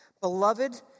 Beloved